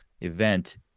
event